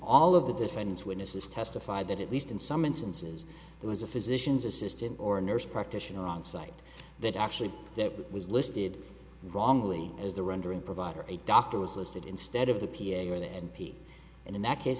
all of the defense witnesses testified that at least in some instances there was a physician's assistant or a nurse practitioner on site that actually that was listed wrongly as the rendering provider a doctor was listed instead of the p a or the n p and in that case